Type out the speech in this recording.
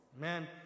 Man